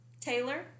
Taylor